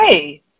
hey